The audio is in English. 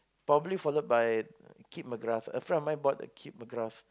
probably followed by Kip-McGrath a friend of mine bought the Kip-McGrath